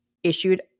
issued